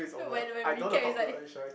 then when when we recap is like